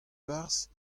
barzh